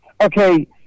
Okay